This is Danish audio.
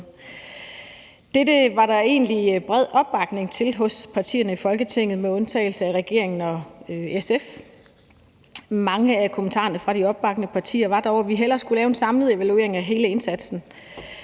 Dette var der egentlig opbakning til hos partierne i Folketinget med undtagelse af regeringen og SF. Mange af kommentarerne fra de opbakkende partier var dog, at vi hellere skulle lave en samlet evaluering af hele indsatsen,